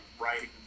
writing